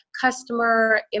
customer